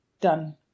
Done